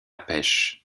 pêche